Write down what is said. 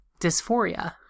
dysphoria